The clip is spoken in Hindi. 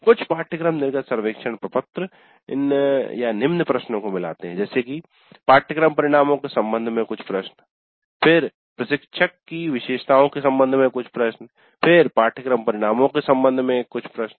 कुछ पाठ्यक्रम निर्गत सर्वेक्षण प्रपत्र इननिम्न प्रश्नों को मिलाते हैं जैसे कि पाठ्यक्रम परिणामों के संबंध में कुछ प्रश्न फिर प्रशिक्षक की विशेषताओं के संबंध में कुछ प्रश्न फिर पाठ्यक्रम परिणामों के संबंध में एक प्रश्न